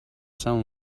самом